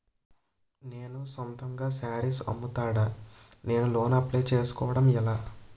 నేను సొంతంగా శారీస్ అమ్ముతాడ, నేను లోన్ అప్లయ్ చేసుకోవడం ఎలా?